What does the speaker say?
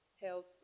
health